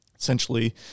essentially